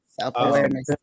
Self-awareness